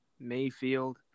Mayfield